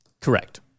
Correct